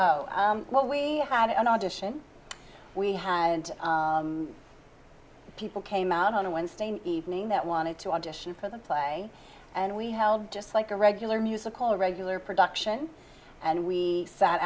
what we had an audition we high and people came out on a wednesday evening that wanted to audition for the play and we held just like a regular musical regular production and we sat